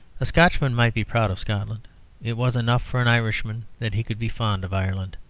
a scotchman might be proud of scotland it was enough for an irishman that he could be fond of ireland.